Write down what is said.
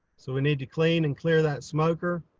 so we need to clean and clear that smoker.